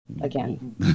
again